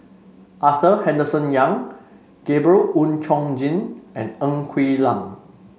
Arthur Henderson Young Gabriel Oon Chong Jin and Ng Quee Lam